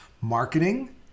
marketing